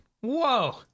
Whoa